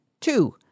Two